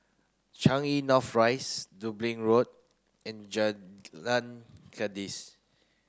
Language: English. Changi North Rise Dublin Road and Jalan Kandis